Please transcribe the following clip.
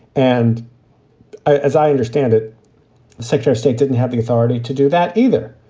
and as i understand it, the secretary state didn't have the authority to do that either.